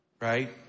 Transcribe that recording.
right